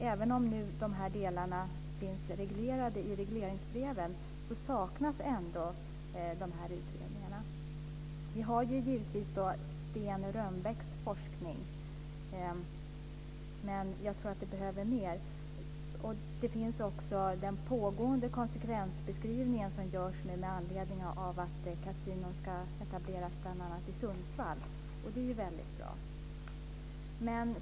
Även om dessa frågor finns reglerade i regleringsbrev saknas utredningar. Vi har Sten Rönnbergs forskning, men jag tror att vi behöver mer. Det pågår en konsekvensbeskrivning med anledning av att kasinon ska etableras, bl.a. i Sundsvall. Det är bra.